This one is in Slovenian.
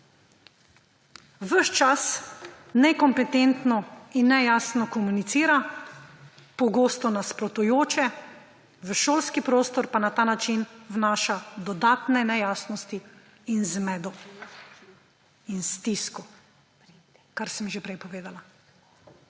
čas nekompetentno in nejasno komunicira, pogosto nasprotujoče, v šolski prostor pa na ta način vnaša dodatne nejasnosti in zmedo in stisko, kar sem že prej povedala.